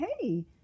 hey